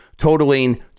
totaling